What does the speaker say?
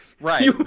Right